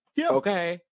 Okay